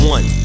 One